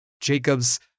Jacob's